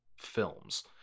films